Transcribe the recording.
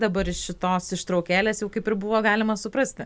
dabar iš šitos ištraukėlės jau kaip ir buvo galima suprasti